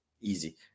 easy